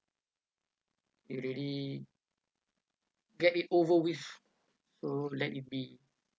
you really get it over with so let it be